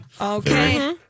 Okay